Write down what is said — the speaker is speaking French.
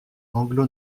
anglo